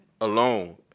alone